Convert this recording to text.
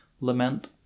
lament